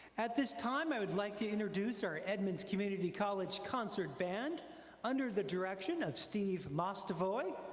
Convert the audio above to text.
at this time i would like to introduce our edmonds community college concert band under the direction of steve mostovoy.